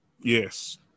Yes